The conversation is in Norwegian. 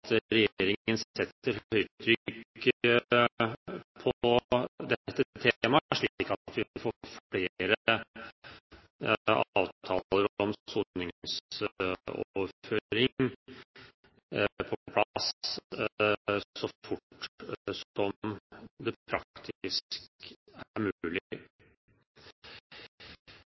at regjeringen setter et høyt trykk på dette temaet, slik at vi får på plass flere avtaler om soningsoverføring så fort som det praktisk er mulig.